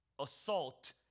assault